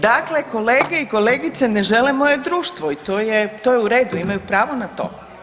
Dakle, kolege i kolegice ne žele moje društvo i to je u redu, imaju pravo na to.